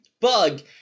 bug